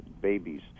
babies